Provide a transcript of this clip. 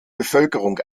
bevölkerung